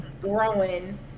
growing